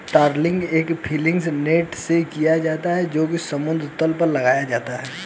trawling एक fishing net से किया जाता है जो समुद्र तल पर लगाया जाता है